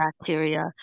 bacteria